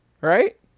right